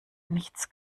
nichts